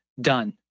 done